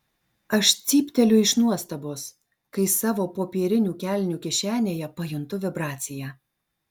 aš cypteliu iš nuostabos kai savo popierinių kelnių kišenėje pajuntu vibraciją